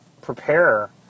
prepare